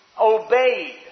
obeyed